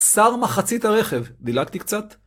שר מחצית הרכב, דילגתי קצת?